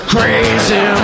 Crazy